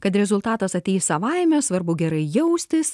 kad rezultatas ateis savaime svarbu gerai jaustis